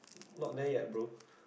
not there yet bro